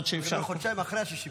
שאפשר --- זה חודשיים אחרי ה-60 יום.